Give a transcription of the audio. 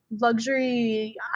luxury